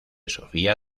sofía